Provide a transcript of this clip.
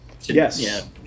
Yes